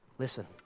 Listen